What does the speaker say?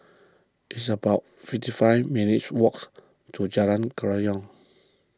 it's about fifty five minutes' walks to Jalan Kerayong